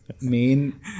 main